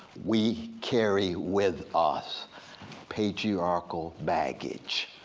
we carry with us patriarchal baggage.